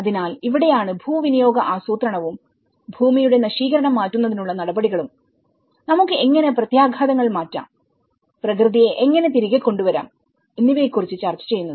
അതിനാൽ ഇവിടെയാണ് ഭൂവിനിയോഗ ആസൂത്രണവുംഭൂമിയുടെ നശീകരണം മാറ്റുന്നതിനുള്ള നടപടികളും നമുക്ക് എങ്ങനെ പ്രത്യാഘാതങ്ങൾ മാറ്റാം പ്രകൃതിയെ എങ്ങനെ തിരികെ കൊണ്ടുവരാം എന്നിവയെ കുറിച്ച് ചർച്ച ചെയ്യുന്നത്